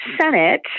Senate